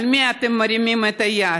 על מי אתם מרימים את היד?